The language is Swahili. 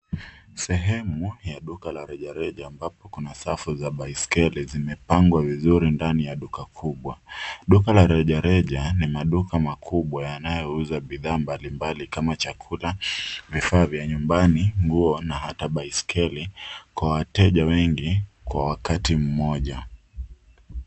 Sehemu ya duka la rejareja ambapo kuna safu za baiskeli zimepangwa vizuri ndani ya duka kubwa. Duka la rejareja ni maduka makubwa yanayouza bidhaa mbalimbali kama chakula, vifaa vya nyumbani, nguo na hata baiskeli kwa wateja wengi kwa wakati mmoja.